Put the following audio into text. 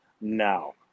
now